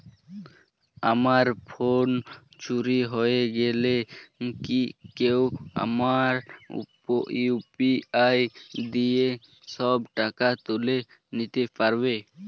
আমার ফোন চুরি হয়ে গেলে কি কেউ আমার ইউ.পি.আই দিয়ে সব টাকা তুলে নিতে পারবে?